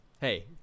Hey